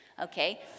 okay